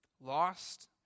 lost